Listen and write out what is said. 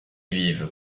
vivent